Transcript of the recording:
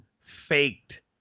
faked